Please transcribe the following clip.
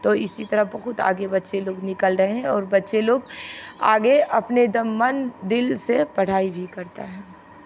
तो इसी तरह बहुत आगे बच्चे लोग निकल रहे हैं और बच्चे लोग आगे अपने मन दिल से पढ़ाई भी करता है